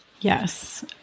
Yes